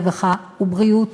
הרווחה והבריאות.